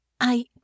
I